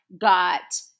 got